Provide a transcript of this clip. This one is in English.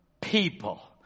people